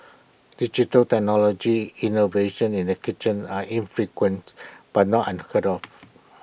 digital technology innovations in the kitchen are infrequent but not unheard of